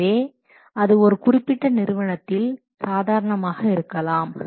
எனவே அது ஒரு குறிப்பிட்ட நிறுவனத்தில் சாதாரணமாக இருக்கலாம்